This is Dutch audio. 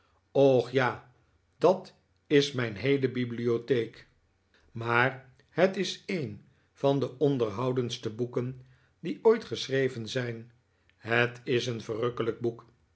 och ja dat is mijn heele bibliotheek maar het is een van de onderhoudendste boeken die ooit geschreven zijn het is een verrukkelijk boek